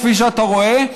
כפי שאתה רואה,